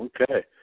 Okay